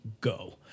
go